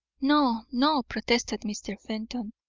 no, no! protested mr. fenton.